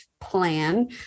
plan